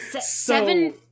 Seven